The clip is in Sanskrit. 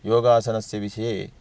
योगासनस्य विषये